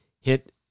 hit